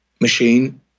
machine